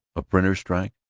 a printers' strike,